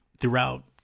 throughout